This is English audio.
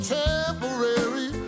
temporary